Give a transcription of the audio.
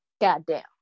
goddamn